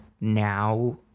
now